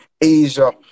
Asia